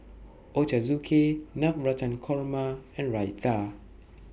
Ochazuke Navratan Korma and Raita